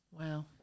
Wow